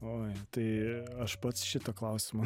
oi tai aš pats šito klausimo